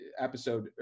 episode